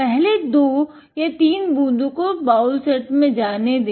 पहले 2 या तीन बूंदों को बाउल सेट में जाने दे